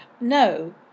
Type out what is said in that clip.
no